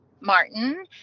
Martin